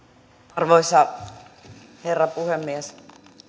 arvoisa herra puhemies